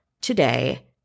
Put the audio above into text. today